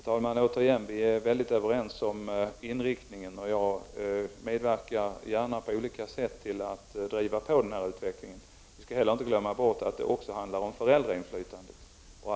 Herr talman! Vi är helt överens när det gäller inriktningen. Jag medverkar gärna på olika sätt till att driva på denna utveckling. Vi skall heller inte glömma bort att det också handlar om föräldrainflytandet.